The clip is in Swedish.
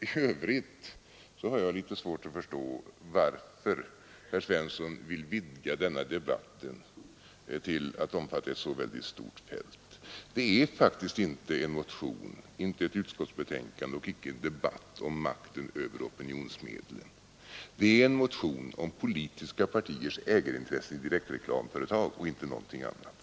I övrigt har jag litet svårt att förstå varför herr Svensson i Eskilstuna vill vidga denna debatt till att omfatta ett så väldigt stort fält. Det är faktiskt inte en motion, inte ett utskottsbetänkande och inte en debatt om makten över opinionsmedlen — det är en motion om politiska partiers ägarintressen i direktreklamföretag och inte någonting annat.